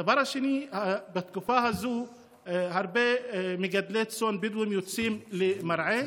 הדבר השני בתקופה הזאת הרבה מגדלי צאן בדואים יוצאים למרעה.